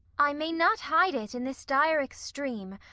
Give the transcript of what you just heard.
i may not hide it, in this dire extreme,